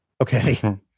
Okay